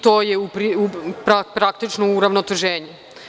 To je praktično uravnoteženje.